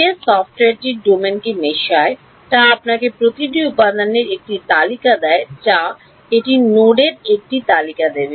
যে সফ্টওয়্যারটি ডোমেনকে মেশায় তা আপনাকে প্রতিটি উপাদানের একটি তালিকা দেয় যা এটি নোডের একটি তালিকা দেবে